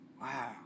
Wow